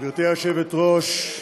גברתי היושבת-ראש,